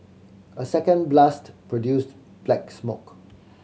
a second blast produced black smoke